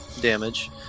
damage